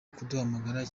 kuduhamagara